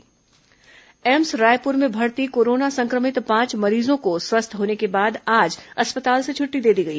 corona मरीज स्वस्थ AIIMS Raipur में भर्ती कोरोना संक्रमित पांच मरीजों को स्वस्थ होने के बाद आज अस्पताल से छुट्टी दे दी गई